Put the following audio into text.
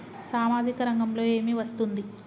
సామాజిక రంగంలో ఏమి వస్తుంది?